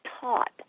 taught